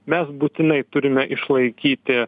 mes būtinai turime išlaikyti